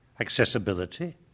accessibility